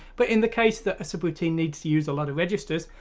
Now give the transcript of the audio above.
but in the case that a subroutine needs to use a lot of registers,